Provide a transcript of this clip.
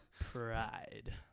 pride